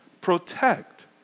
Protect